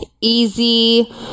easy